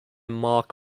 mark